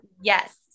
Yes